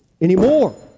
anymore